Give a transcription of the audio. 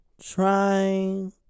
Trying